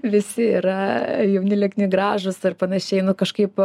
visi yra jauni liekni gražūs ir panašiai kažkaip